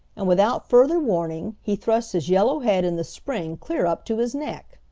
and without further warning he thrust his yellow head in the spring clear up to his neck!